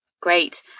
Great